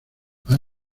han